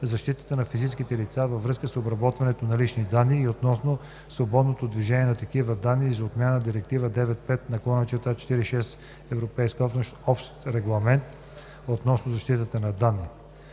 защитата на физическите лица във връзка с обработването на лични данни и относно свободното движение на такива данни и за отмяна на Директива 95/46/ЕО (Общ регламент относно защитата на данните)